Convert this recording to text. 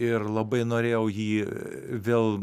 ir labai norėjau jį vėl